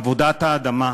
עבודת האדמה,